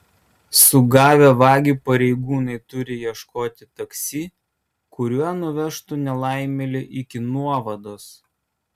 sugavę vagį pareigūnai turi ieškoti taksi kuriuo nuvežtų nelaimėlį iki nuovados